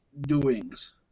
doings